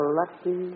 lucky